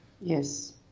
Yes